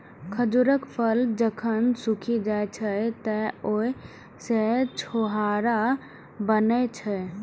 खजूरक फल जखन सूखि जाइ छै, तं ओइ सं छोहाड़ा बनै छै